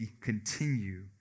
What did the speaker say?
continue